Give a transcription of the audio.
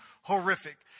horrific